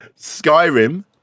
Skyrim